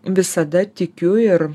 visada tikiu ir